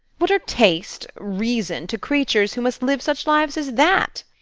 what are taste, reason, to creatures who must live such lives as that?